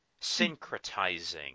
syncretizing